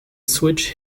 switch